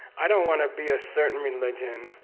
i don't want to be a certain religion,